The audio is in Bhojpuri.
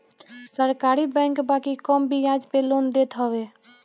सरकारी बैंक बाकी कम बियाज पे लोन देत हवे